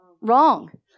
wrong